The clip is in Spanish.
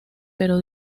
pero